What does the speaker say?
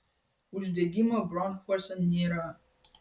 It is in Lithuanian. uždegimo bronchuose nėra